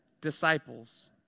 disciples